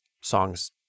songs